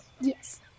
Yes